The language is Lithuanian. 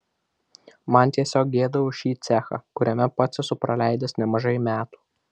man tiesiog gėda už šį cechą kuriame pats esu praleidęs nemažai metų